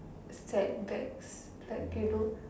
setbacks like you know